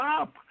up